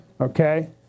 Okay